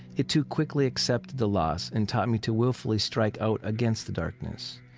it too quickly accepted the loss and taught me to willfully strike out against the darkness.